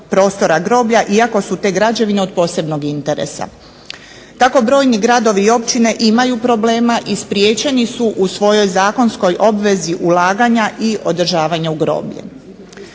iako su te građevine od posebnog interesa kako brojni gradovi i općine imaju problema i spriječeni su u svojoj zakonskoj obvezi ulaganja i održavanja u groblje.